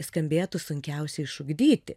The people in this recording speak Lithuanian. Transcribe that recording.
skambėtų sunkiausia išugdyti